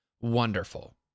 wonderful